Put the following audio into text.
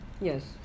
Yes